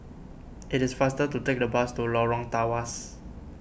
it is faster to take the bus to Lorong Tawas